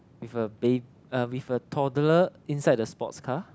with a ba~ uh with a toddler inside the sports car